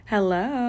Hello